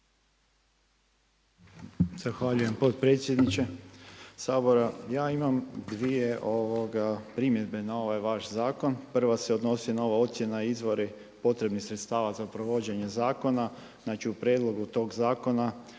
Zahvaljujem potpredsjedniče Sabora. Ja imam dvije primjedbe na ovaj vaš zakon. Prva se odnosi na ovo ocjena i izvori potrebnih sredstava za provođenje zakona. Znači u prijedlogu tog zakona